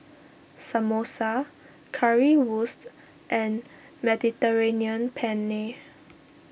Samosa Currywurst and Mediterranean Penne